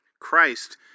Christ